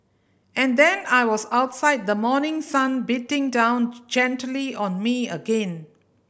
and then I was outside the morning sun beating down gently on me again